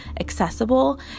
accessible